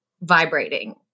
vibrating